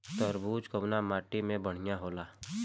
तरबूज कउन माटी पर बढ़ीया होला?